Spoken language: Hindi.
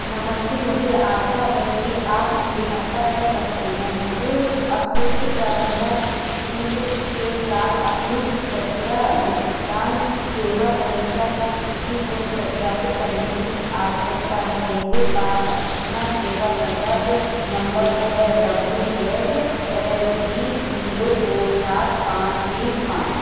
नमस्ते मुझे आशा है कि आप मेरी सहायता कर सकते हैं मुझे अपशिष्ट प्रबंधक इंक के साथ अपनी कचरा निपटान सेवा सदस्य की स्थिति को सत्यापित करने की आवश्यकता है मेरे पास अपना सेवा संदर्भ नंबर है W Z L V zero दो सात पाँच तीन पाँच